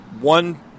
One